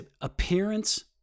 appearance